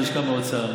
ללשכה באוצר,